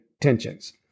tensions